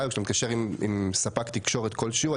או כשאתה מתקשר עם ספק תקשורת כלשהו,